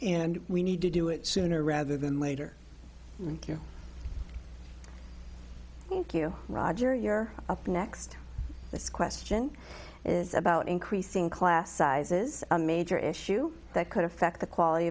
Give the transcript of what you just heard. and we need to do it sooner rather than later thank you roger you're up next this question is about increasing class sizes a major issue that could affect the quality